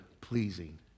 pleasing